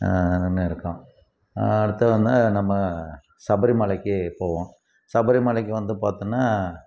அருமையாக இருக்கும் அடுத்தது வந்து நம்ம சபரிமலைக்கு போவோம் சபரி மலைக்கு வந்து பார்த்திங்கனா